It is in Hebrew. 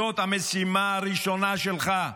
זאת המשימה הראשונה שלך,